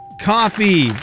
Coffee